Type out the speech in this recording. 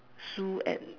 Sue at